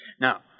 Now